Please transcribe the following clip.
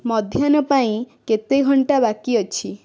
ମଧ୍ୟାହ୍ନ ପାଇଁ କେତେ ଘଣ୍ଟା ବାକି ଅଛି